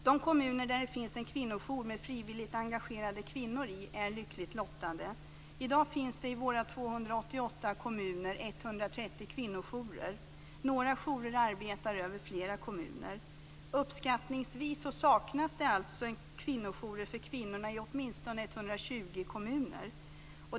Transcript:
De kommuner där det finns en kvinnojour med frivilligt engagerade kvinnor är lyckligt lottade! I dag finns det i våra 288 kommuner 130 kvinnojourer. Några jourer arbetar över flera kommuner. Uppskattningsvis saknas det alltså kvinnojour för kvinnorna i åtminstone 120 kommuner.